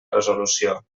resolució